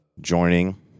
joining